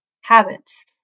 habits